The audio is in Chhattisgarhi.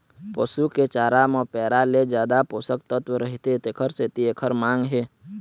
पसू के चारा म पैरा ले जादा पोषक तत्व रहिथे तेखर सेती एखर मांग हे